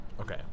okay